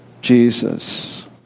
Jesus